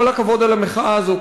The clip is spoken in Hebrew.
כל הכבוד על המחאה הזאת,